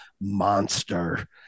monster